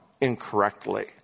incorrectly